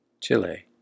Chile